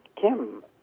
Kim